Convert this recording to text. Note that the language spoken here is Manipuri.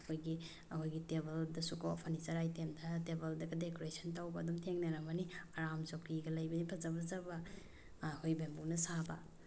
ꯑꯩꯈꯣꯏꯒꯤ ꯑꯩꯈꯣꯏꯒꯤ ꯇꯦꯕꯜꯗꯁꯨꯀꯣ ꯐꯔꯅꯤꯆꯔ ꯑꯥꯏꯇꯦꯝꯗ ꯇꯦꯕꯜꯗꯒ ꯗꯦꯀꯣꯔꯦꯁꯟ ꯇꯧꯕ ꯑꯗꯨꯝ ꯊꯦꯡꯅꯔꯝꯃꯅꯤ ꯑꯔꯥꯝ ꯆꯧꯀ꯭ꯔꯤꯒ ꯂꯩꯕꯅꯤ ꯐꯖ ꯐꯖꯕ ꯑꯩꯈꯣꯏ ꯕꯦꯝꯕꯨꯅ ꯁꯥꯕ